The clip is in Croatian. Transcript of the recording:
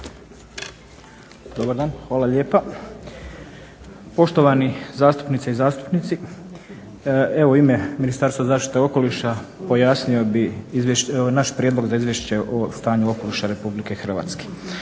Dobar dan, hvala lijepa. Poštovane zastupnice i zastupnici. Evo u ime Ministarstva zaštite okoliša pojasnio bih naš prijedlog za Izvješće o stanju okoliša Republike Hrvatske.